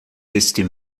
este